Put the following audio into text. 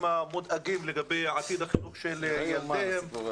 המודאגים לגבי עתיד החינוך של ילדיהם.